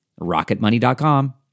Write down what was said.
rocketmoney.com